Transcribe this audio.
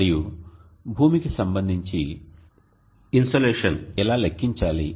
మరియు భూమికి సంబంధించి ఇన్సోలేషన్ ఎలా లెక్కించాలి